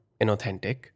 inauthentic